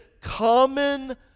common